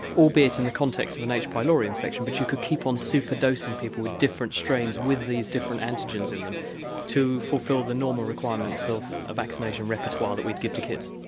albeit in the context of an h. pylori infection, but you could keep on super dosing people with different strains with these different antigens in them to fulfil the normal requirements of a vaccination repertoire that we'd give to kids.